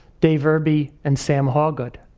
dave irby and sam hawgood.